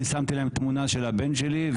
אני שמתי להם תמונה של הבן שלי.